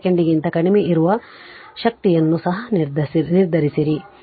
5 ಸೆಕೆಂಡಿಗಿಂತ ಕಡಿಮೆ ಇರುವ ಶಕ್ತಿಯನ್ನು ಸಹ ನಿರ್ಧರಿಸಿರಿ